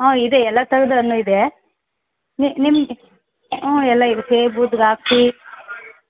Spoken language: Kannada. ಹಾಂ ಇದೆ ಎಲ್ಲ ಥರದ್ದು ಹಣ್ಣು ಇದೆ ನಿಮ್ಮ ಹ್ಞೂ ಎಲ್ಲ ಇದೆ ಸೇಬು ದ್ರಾಕ್ಷಿ